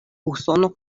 usono